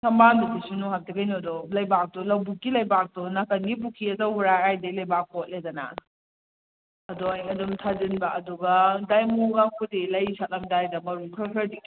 ꯃꯃꯥꯡꯒꯤꯗꯨꯁꯨ ꯀꯩꯅꯣꯗꯣ ꯂꯩꯕꯥꯛꯇꯣ ꯂꯕꯨꯛꯀꯤ ꯂꯩꯕꯥꯛꯇꯣ ꯅꯀꯥꯟꯒꯤ ꯄꯨꯈ꯭ꯔꯤ ꯑꯆꯧꯕ꯭ꯔꯥ ꯍꯥꯏꯗꯤ ꯂꯩꯕꯥꯛ ꯀꯣꯠꯂꯦꯗꯅ ꯑꯗꯣ ꯑꯩꯅ ꯑꯗꯨꯝ ꯊꯥꯖꯟꯕ ꯑꯗꯨꯒ ꯗꯥꯏꯃꯟꯒꯥꯕꯨꯗꯤ ꯂꯩ ꯁꯠꯂꯝꯗꯥꯏꯗ ꯃꯔꯨ ꯈꯔ ꯈꯔꯗꯤ ꯈꯤꯛꯏ